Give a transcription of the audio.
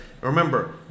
remember